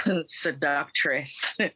seductress